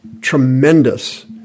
tremendous